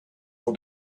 for